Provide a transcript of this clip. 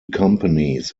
companies